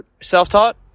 Self-taught